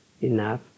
enough